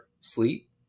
sleep